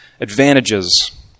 advantages